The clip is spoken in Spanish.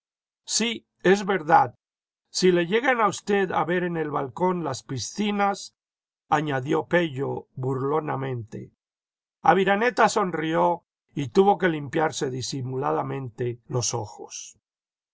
sí es verdad si le llegan a usted a ver en el balcón las piscinas añadió pello burlonamente aviraneta sonrió y tuvo que limpiarse disimuladamente los ojos